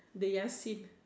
they are seen